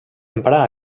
emprà